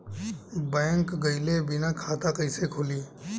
Bank गइले बिना खाता कईसे खुली?